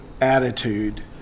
attitude